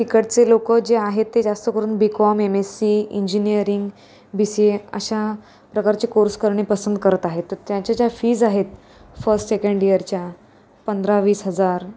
तिकडचे लोक जे आहेत ते जास्तकरून B Com M Sc engineering B C A अशा प्रकारचे कोर्स करणे पसंत करत आहेत तर त्याच्या ज्या फीज आहेत फर्स्ट सेकंड इअरच्या पंधरावीस हजार